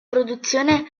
produzione